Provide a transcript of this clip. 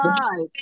right